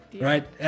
right